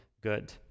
good